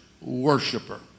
worshiper